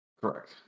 Correct